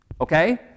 Okay